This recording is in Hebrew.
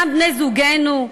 גם בני-זוגנו,